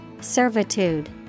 Servitude